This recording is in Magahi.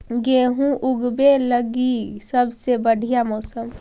गेहूँ ऊगवे लगी सबसे बढ़िया मौसम?